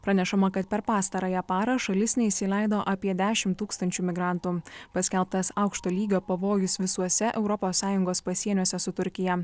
pranešama kad per pastarąją parą šalis neįsileido apie dešim tūkstančių migrantų paskelbtas aukšto lygio pavojus visuose europos sąjungos pasieniuose su turkija